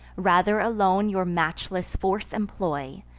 rather alone your matchless force employ,